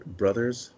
brothers